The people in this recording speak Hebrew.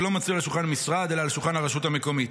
ולא מצוי על שולחן המשרד אלא על שולחן הרשות המקומית.